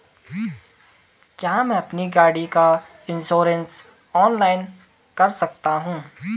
क्या मैं अपनी गाड़ी का इन्श्योरेंस ऑनलाइन कर सकता हूँ?